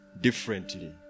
differently